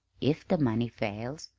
if the money fails,